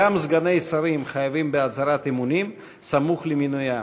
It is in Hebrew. גם סגני שרים חייבים בהצהרת אמונים סמוך למינוים.